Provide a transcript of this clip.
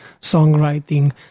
songwriting